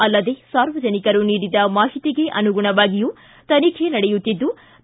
ಅಲ್ಲದೆ ಸಾರ್ವಜನಿಕರು ನೀಡಿದ ಮಾಹಿತಿಗೆ ಅನುಗುಣವಾಗಿಯೂ ತನಿಖೆ ನಡೆಯುತ್ತಿದ್ಲು